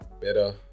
better